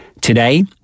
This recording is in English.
Today